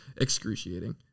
excruciating